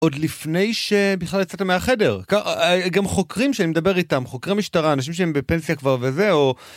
עוד לפני שבכלל יצאת מהחדר גם חוקרים שאני מדבר איתם, חוקרי משטרה, אנשים שהם בפנסיה כבר וזהו.